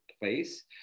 place